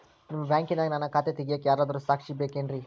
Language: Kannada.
ನಿಮ್ಮ ಬ್ಯಾಂಕಿನ್ಯಾಗ ನನ್ನ ಖಾತೆ ತೆಗೆಯಾಕ್ ಯಾರಾದ್ರೂ ಸಾಕ್ಷಿ ಬೇಕೇನ್ರಿ?